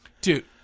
dude